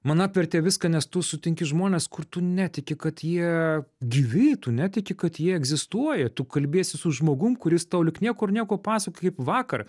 man apvertė viską nes tu sutinki žmones kur tu netiki kad jie gyvi tu netiki kad jie egzistuoja tu kalbiesi su žmogum kuris tau lyg niekur nieko pasakoja kaip vakar